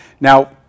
Now